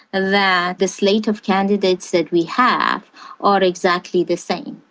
that the slate of candidates that we have are exactly the same.